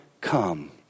come